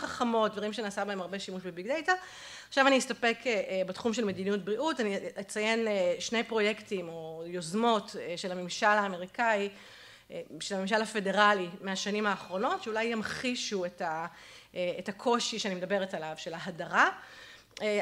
חכמות, דברים שנעשה בהם הרבה שימוש בביג דאטה. עכשיו אני אסתפק בתחום של מדיניות בריאות, אני אציין שני פרויקטים או יוזמות של הממשל האמריקאי, של הממשל הפדרלי, מהשנים האחרונות, שאולי ימחישו את הקושי שאני מדברת עליו, של ההדרה.